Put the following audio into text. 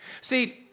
See